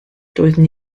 doeddwn